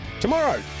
tomorrow